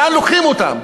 לאן לוקחים אותם.